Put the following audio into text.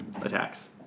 attacks